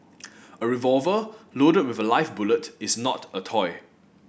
a revolver loaded with a live bullet is not a toy